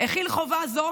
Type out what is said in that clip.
החיל חובה זו